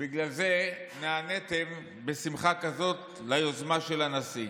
בגלל זה נעניתם בשמחה כזאת ליוזמה של הנשיא.